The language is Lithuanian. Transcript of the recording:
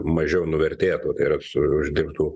mažiau nuvertėtų ir absu uždirbtų